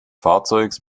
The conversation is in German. fahrzeugs